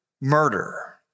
murder